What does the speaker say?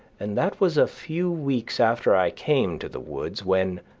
and that was a few weeks after i came to the woods, when,